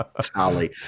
tally